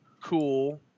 cool